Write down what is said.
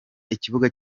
ikibuga